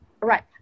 right